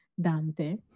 Dante